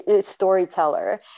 storyteller